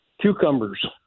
cucumbers